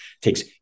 takes